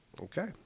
okay